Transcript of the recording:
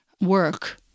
work